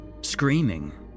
Screaming